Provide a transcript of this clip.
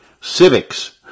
civics